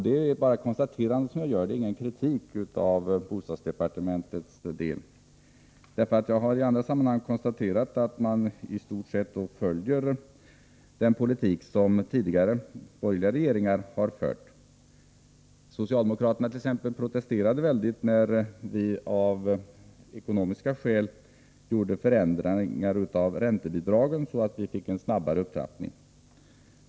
Det är bara ett konstaterande och inte någon kritik mot bostadsdepartementet, för jag har i andra sammanhang konstaterat att man i stort sett följer den politik som tidigare, borgerliga, regeringar har fört. Socialdemokraterna protesterade väldigt när vi av ekonomiska skäl gjorde förändringar av räntebidragen, så att det blev en snabbare upptrappning.